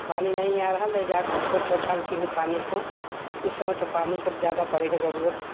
पानी नहीं आ रहा ले जा कर थोड़ा थोड़ा डालती हूँ पानी को इस समय तो अब पानी का ज़्यादा पड़ेगा ज़रूरत